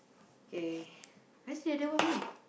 okay I see at there one more